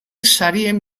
sarien